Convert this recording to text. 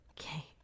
Okay